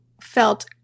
felt